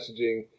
messaging